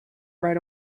right